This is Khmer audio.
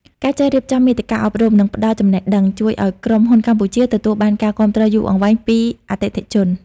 ការចេះរៀបចំមាតិកាអប់រំ និងផ្តល់ចំណេះដឹង ជួយឱ្យក្រុមហ៊ុនកម្ពុជាទទួលបានការគាំទ្រយូរអង្វែងពីអតិថិជន។